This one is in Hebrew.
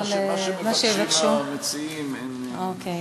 מה שמבקשים המציעים, אין שום בעיה.